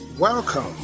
Welcome